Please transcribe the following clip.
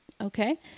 Okay